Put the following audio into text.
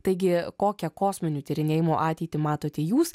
taigi kokią kosminių tyrinėjimų ateitį matote jūs